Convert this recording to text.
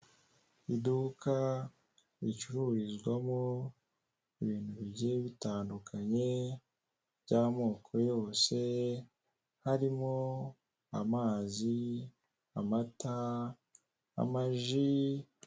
Iduka ricururizwamo ibintu bigiye bitandukanye, by'amoko yose harimo amazi, amata, amaji.